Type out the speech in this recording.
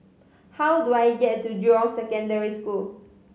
how do I get to Jurong Secondary School